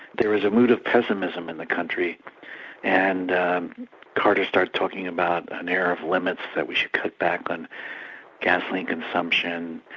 there was a mood of pessimism in the country and carter started talking about an air of limits, that we should cut back on gasoline consumption,